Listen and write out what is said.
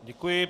Děkuji.